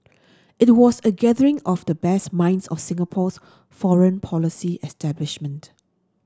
it was a gathering of the best minds of Singapore's foreign policy establishment